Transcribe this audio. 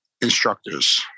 instructors